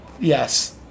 Yes